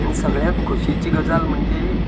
आनी सगळ्यांत खोशयेची गजाल म्हणजे